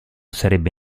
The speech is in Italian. sarebbe